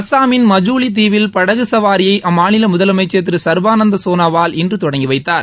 அஸ்ஸாமின் மஜூலி தீவில் படகு சவாரியை அம்மாநில முதலமைச்சர் திரு சள்பானந்தா சோனாவால் இன்று தொடங்கி வைத்தார்